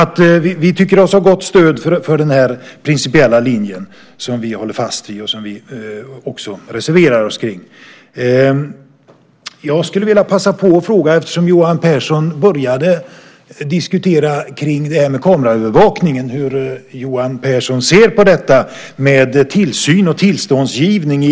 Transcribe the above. Vi tycker oss ha gott stöd för den principiella linje som vi håller fast vid och som vi också reserverar oss för. Jag skulle vilja passa på och fråga, eftersom Johan Pehrson började diskutera kameraövervakningen, hur Johan Pehrson ser på tillsyn och tillståndsgivning.